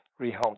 rehomed